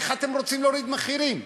איך אתם רוצים להוריד מחירים?